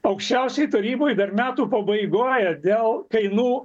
aukščiausioj taryboj dar metų pabaigoj dėl kainų